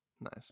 nice